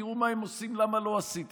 תראו מה הם עושים,